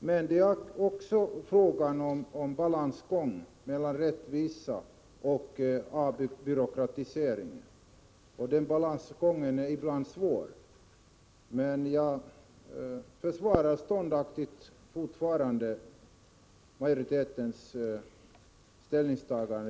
Men även här blir det fråga om en balansgång mellan rättvisa och avbyråkratisering, och denna balansgång är ibland svår. Jag vill emellertid fortfarande ståndaktigt försvara utskottsmajoritetens ställningstagande.